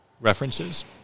references